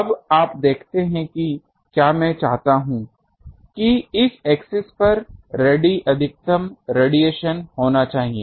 अब आप देखते हैं कि क्या मैं चाहता हूं कि इस एक्सिस पर radii अधिकतम रेडिएशन होना चाहिए